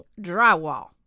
drywall